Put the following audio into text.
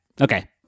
Okay